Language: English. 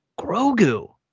Grogu